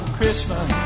Christmas